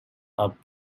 are